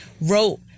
wrote